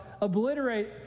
obliterate